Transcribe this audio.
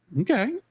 Okay